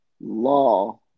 Law